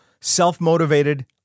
self-motivated